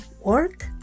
work